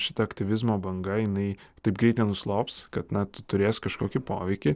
šita aktyvizmo banga jinai taip greit nenuslops kad turės kažkokį poveikį